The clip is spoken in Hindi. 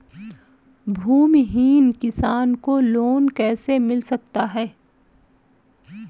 भूमिहीन किसान को लोन कैसे मिल सकता है?